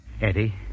Eddie